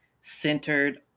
centered